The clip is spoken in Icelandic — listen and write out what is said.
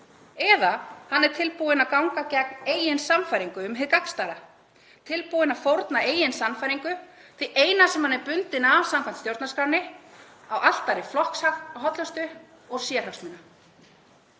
eða tilbúinn að ganga gegn eigin sannfæringu um hið gagnstæða; tilbúinn að fórna eigin sannfæringu, því eina sem hann er bundinn af samkvæmt stjórnarskránni, á altari flokkshollustu og sérhagsmuna.